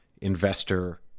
investor